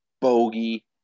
Bogey